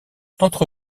entre